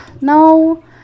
no